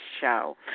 show